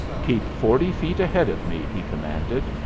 keep forty feet ahead of me, he commanded,